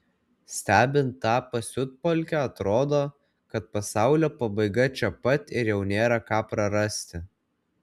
stebint tą pasiutpolkę atrodo kad pasaulio pabaiga čia pat ir jau nėra ką prarasti